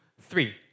three